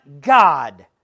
God